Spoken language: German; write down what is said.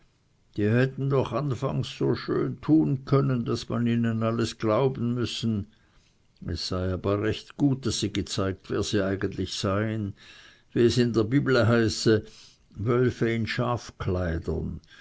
die hätten doch anfangs so schön tun können daß man ihnen alles glauben müssen es sei aber recht gut daß sie gezeigt wer sie eigentlich seien wie es in der bible heiße wölfe in